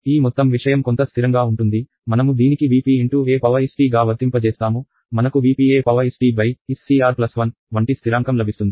ఈ మొత్తం విషయం కొంత స్థిరంగా ఉంటుంది మనము దీనికి Vp × est గా వర్తింపజేస్తాము మనకు Vp est SCR 1 వంటి స్థిరాంకం లబిస్తుంది